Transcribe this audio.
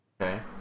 Okay